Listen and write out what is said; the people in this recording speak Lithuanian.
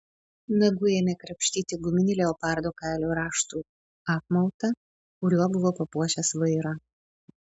nagu ėmė krapštyti guminį leopardo kailio raštų apmautą kuriuo buvo papuošęs vairą